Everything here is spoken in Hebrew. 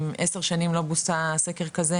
אם עשר שנים לא בוצע סקר כזה,